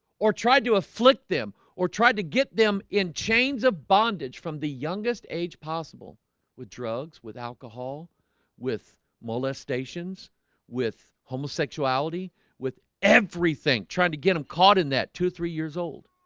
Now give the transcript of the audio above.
or tried to afflict them or tried to get them in chains of bondage from the youngest age possible with drugs with alcohol with molestations with homosexuality with everything trying to get them caught in that two three years old